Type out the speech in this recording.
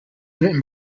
written